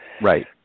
Right